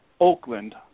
Oakland